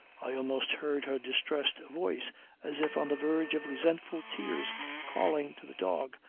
i almost heard her distressed voice as if on the verge of resentful tears calling to the dog,